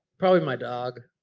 probably my dog.